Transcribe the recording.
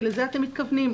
כי לזה אתם מתכוונים,